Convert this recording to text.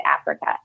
Africa